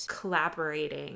collaborating